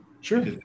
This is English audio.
Sure